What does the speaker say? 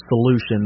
solution